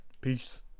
Peace